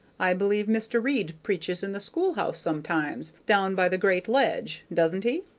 i believe mr. reid preaches in the school-house sometimes, down by the great ledge doesn't he?